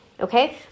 okay